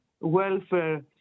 welfare